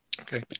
Okay